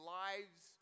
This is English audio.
lives